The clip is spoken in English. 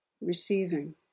receiving